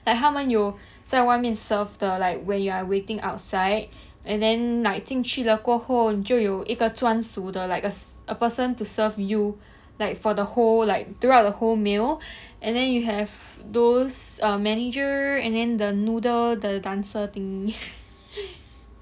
like 他们有在外面 serve 的 or like when you are waiting outside and then like 进去了过后就有一个专属的:jin qu leguo hou jiu you yi ge zhuan shu de like a person to serve you like for the whole like throughout the whole meal and then you have those um manager and then the noodle the dancer thingy